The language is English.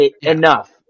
enough